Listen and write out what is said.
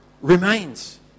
remains